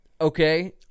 Okay